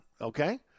okay